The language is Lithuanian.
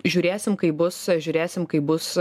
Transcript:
žiūrėsim kaip bus žiūrėsim kaip bus